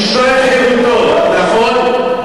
לשלול את חירותו, נכון?